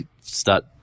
start